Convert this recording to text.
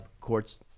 court's